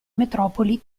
metropoli